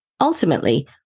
Ultimately